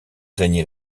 régner